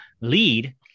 lead